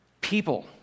people